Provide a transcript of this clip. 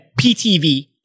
ptv